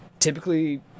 Typically